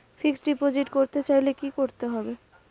Fixed deposit করতে চাইলে কি করতে হবে?